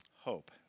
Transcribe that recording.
hope